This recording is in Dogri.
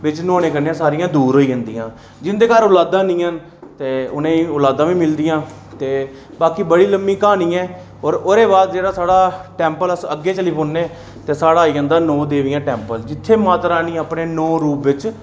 बेच न्हौने कन्नै सारियां दूर होइ जंदियां न जिं'दे घर ओलादां निं ऐन ते उ'नेंई ओलादां बी मिलदियां ते बाकी बड़ी लम्मी क्हानी ऐ ओह्दे बाद जेह्ड़ा साढ़ा टैंपल अस अग्गै चली पौनें साढ़ा आई जंदा नौ देवियां टैंपल माता रानी अपनै नौ रूप बेच